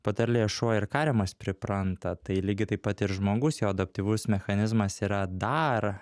patarlė šuo ir kariamas pripranta tai lygiai taip pat ir žmogus jo adaptyvus mechanizmas yra dar